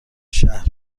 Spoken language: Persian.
شهر